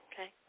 Okay